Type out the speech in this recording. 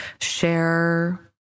share